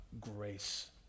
grace